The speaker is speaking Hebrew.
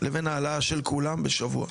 לבין העלאה של כולם בשבוע.